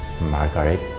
Margaret